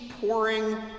pouring